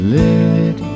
let